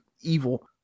evil